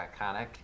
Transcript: iconic